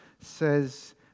says